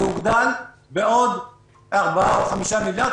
זה הוגדל בעוד 4 או 5 מיליארד,